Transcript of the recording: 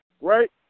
right